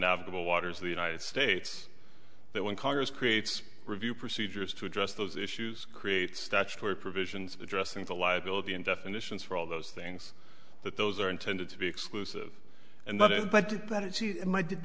navigable waters of the united states that when congress creates review procedures to address those issues create statutory provisions addressing the liability and definitions for all those things that those are intended to be exclusive and not i